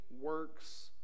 works